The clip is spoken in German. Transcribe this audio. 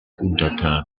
untertan